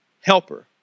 Helper